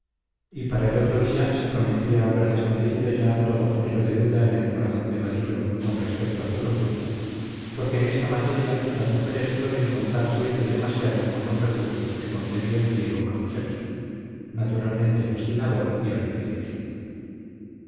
y para el otro día se prometía haber desvanecido ya todo género de duda en el corazón de vadillo con respecto a su conducta porque en esta materia las mujeres suelen contar siempre demasiado con los recursos que concedió el cielo a su sexo naturalmente fascinador y artificioso